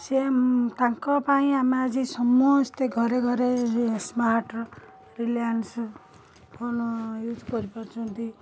ସିଏ ତାଙ୍କ ପାଇଁ ଆମେ ଆଜି ସମସ୍ତେ ଘରେ ଘରେରେ ସ୍ମାର୍ଟର ରିଲିଆନ୍ସ ଫୋନ୍ ୟୁଜ୍ କରିପାରୁଛନ୍ତି